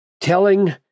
telling